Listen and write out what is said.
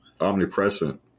omnipresent